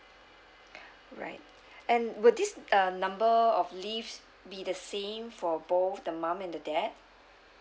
right and would this uh number of leaves be the same for both the mom and the dad